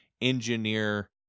engineer